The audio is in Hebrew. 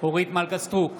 אורית מלכה סטרוק, בעד